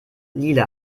lila